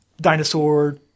dinosaur